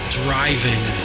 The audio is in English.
driving